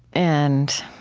and